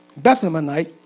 Bethlehemite